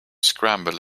scrambled